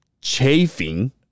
chafing